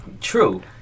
True